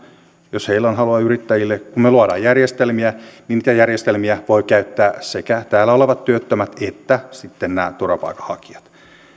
jos heillä on halua yrittää kun me luomme järjestelmiä niin niitä järjestelmiä voivat käyttää sekä täällä olevat työttömät että sitten nämä turvapaikanhakijat